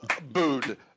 Booed